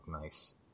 nice